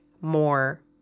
more